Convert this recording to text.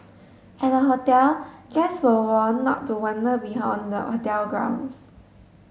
at the hotel guests were warn not to wander beyond the hotel grounds